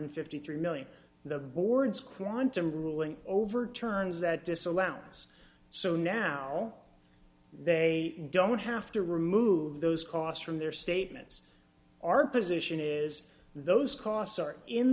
and fifty three million the board's quantum ruling overturns that disallowance so now they don't have to remove those costs from their statements our position is those costs are in